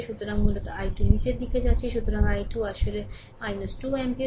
সুতরাং মূলত i2 নীচের দিকে যাচ্ছে সুতরাং i2 আসলে 2 অ্যাম্পিয়ার